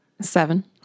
Seven